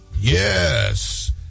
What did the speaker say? yes